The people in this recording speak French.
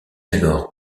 alors